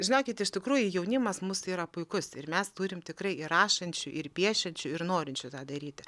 žinokit iš tikrųjų jaunimas mūsų yra puikus ir mes turim tikrai ir rašančių ir piešiančių ir norinčių tą daryti